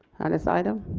on this item.